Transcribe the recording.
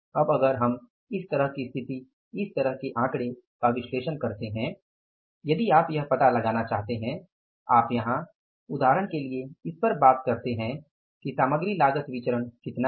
अब अगर हम इस तरह की स्थिति इस तरह के आकडे का विश्लेषण करते हैं यदि आप यह पता लगाना चाहते हैं आप यहाँ उदाहरण के लिए इस पर बात करते है कि सामग्री लागत विचरण कितना है